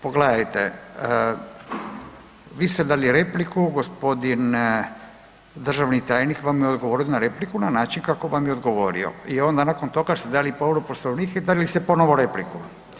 Pogledajte, vi ste dali repliku, g. državni tajnik vam je odgovorio na repliku na način kako vam je odgovorio i onda nakon toga ste dali povredu Poslovnika i imali ste ponovno repliku.